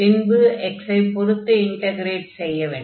பின்பு x ஐ பொருத்து இன்டக்ரேட் செய்யவேண்டும்